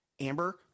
Amber